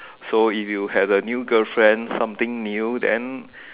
so if you have a new girlfriend something new then